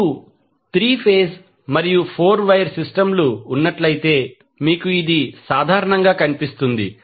మీకు 3 ఫేజ్ మరియు 4 wire system లు ఉన్నట్లయితే మీకు ఇది సాధారణంగా కనిపిస్తుంది